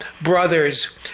brothers